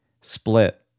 split